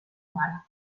mare